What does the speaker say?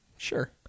Sure